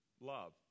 love